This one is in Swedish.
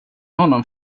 honom